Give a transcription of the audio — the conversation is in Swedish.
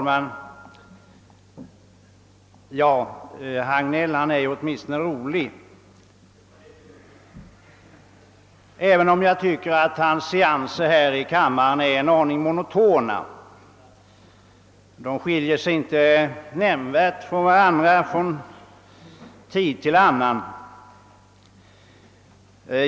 Herr talman! Herr Hagnell är åtminstone rolig, även om hans seanser här i kammaren tycks mig en aning monotona. De skiljer sig inte nämnvärt från varandra från tid till annan.